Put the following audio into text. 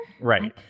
Right